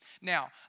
Now